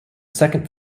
second